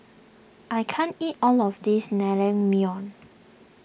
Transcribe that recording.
I can't eat all of this Naengmyeon